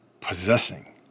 possessing